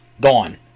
Gone